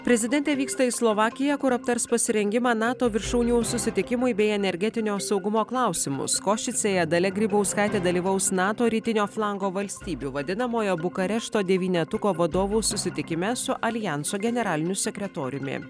prezidentė vyksta į slovakiją kur aptars pasirengimą nato viršūnių susitikimui bei energetinio saugumo klausimus košicėje dalia grybauskaitė dalyvaus nato rytinio flango valstybių vadinamojo bukarešto devynetuku vadovų susitikime su aljanso generaliniu sekretoriumi